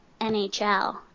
NHL